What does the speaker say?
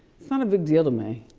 kind of big deal to me.